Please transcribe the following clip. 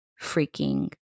freaking